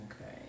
Okay